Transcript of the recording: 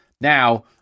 Now